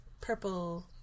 purple